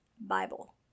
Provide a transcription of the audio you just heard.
Bible